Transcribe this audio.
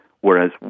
whereas